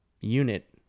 unit